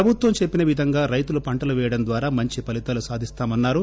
ప్రభుత్వం చెప్పిన విధంగా రైతులు పంటలు పేయడం ద్వారా మంచి ఫలితాలు సాధిస్తామన్నారు